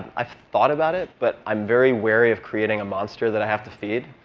i've thought about it. but i'm very wary of creating a monster that i have to feed.